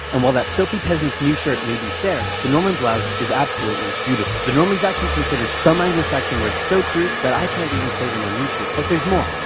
and while that filthy peasant's new shirt may be fair, the norman blouse is absolutely beautiful. the normans actually considered some anglo-saxon words so crude, that i can't even say them on youtube. but there's more.